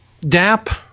DAP